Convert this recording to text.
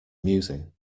amusing